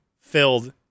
filled